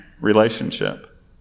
relationship